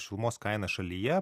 šilumos kaina šalyje